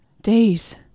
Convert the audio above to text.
days